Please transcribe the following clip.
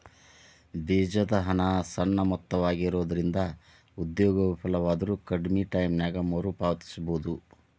ಬೇಜದ ಹಣ ಸಣ್ಣ ಮೊತ್ತವಾಗಿರೊಂದ್ರಿಂದ ಉದ್ಯೋಗ ವಿಫಲವಾದ್ರು ಕಡ್ಮಿ ಟೈಮಿನ್ಯಾಗ ಮರುಪಾವತಿಸಬೋದು